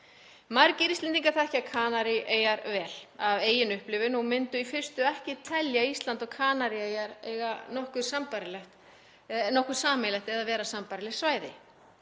Margir Íslendingar þekkja Kanaríeyjar vel af eigin upplifun og myndu í fyrstu ekki telja Ísland og Kanaríeyjar eiga nokkuð sameiginlegt eða vera sambærileg svæði.